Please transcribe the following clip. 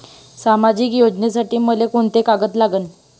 सामाजिक योजनेसाठी मले कोंते कागद लागन?